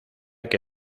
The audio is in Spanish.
que